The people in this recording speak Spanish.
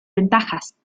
ventajas